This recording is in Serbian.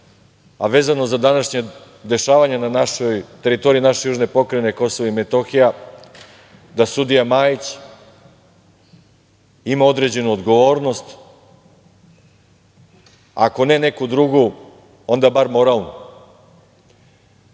a vezano za današnje dešavanje na teritoriji naše južne Pokrajine Kosovo i Metohije, da sudija Majić ima određenu odgovornost, ako ne neku drugu, onda bar moralnu. Mi